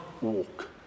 walk